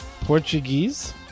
Portuguese